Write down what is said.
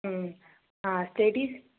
ம் ah studies